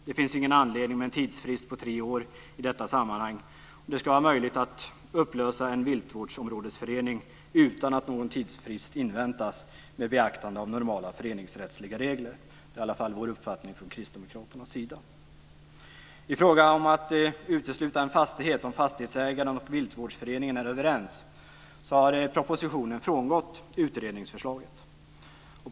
Det finns ingen anledning att ha en tidsfrist på tre år i detta sammanhang. Det ska vara möjligt att upplösa en viltvårdsförening utan att någon tidsfrist inväntas, med beaktande av normala föreningsrättsliga regler. Det är i alla fall uppfattningen från kristdemokraternas sida. I fråga om att utesluta en fastighet om fastighetsägaren och viltvårdsföreningen är överens har propositionen frångått utredningsförslaget.